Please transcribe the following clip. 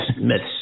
myths